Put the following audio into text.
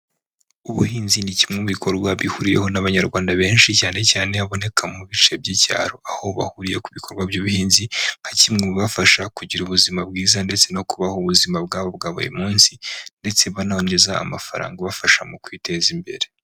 Ubuhinzi ni kimwe mu bikorwa bihuriweho n'Abanyarwanda benshi cyane cyane ababoneka mu bice by'icyaro, aho bahuriye ku bikorwa by'ubuhinzi nka kimwe mubibafasha kugira ubuzima bwiza, ndetse no kubaho ubuzima bwabo bwa buri munsi, ndetse baninjiza amafaranga abafasha mu kwiteza imbere.